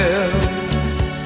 else